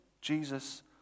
Jesus